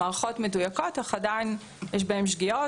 המערכות מדויקות אך עדיין יש בהן שגיאות.